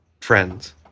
friends